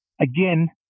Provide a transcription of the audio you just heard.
Again